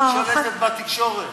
את שולטת בתקשורת.